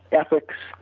ethics,